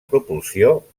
propulsió